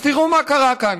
אז תראו מה קרה כאן: